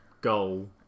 goal